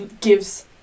gives